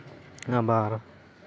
ᱟᱵᱟᱨ